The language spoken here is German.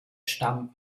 stamm